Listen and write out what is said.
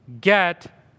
get